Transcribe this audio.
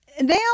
Now